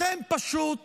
אתם פשוט